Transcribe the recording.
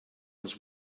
was